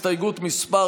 הסתייגות מס'